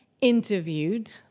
interviewed